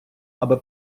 аби